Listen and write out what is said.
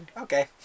okay